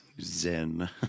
Zen